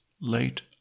late